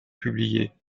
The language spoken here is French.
publiées